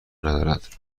ندارند